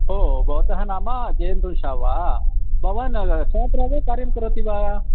ओ भवतः नाम जयन्दुशः वा भवान् चात्रः वा कार्यं करोति वा